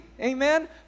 Amen